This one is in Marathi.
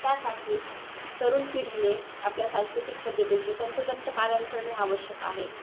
त्यासाठी तरुण पिढीने आपल्या सांस्कृतिक पद्धतीचे तंतोतंत पालन करणे आवश्यक आहे